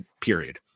period